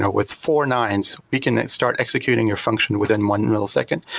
with four nine's we can start executing your function within one millisecond.